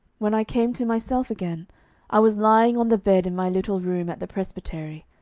when i came to myself again i was lying on the bed in my little room at the presbytery,